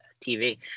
TV